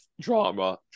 drama